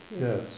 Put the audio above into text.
Yes